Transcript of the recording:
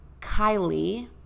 Kylie